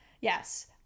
Yes